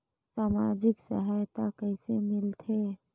समाजिक सहायता कइसे मिलथे?